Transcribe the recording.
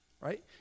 right